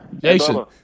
Jason